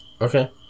okay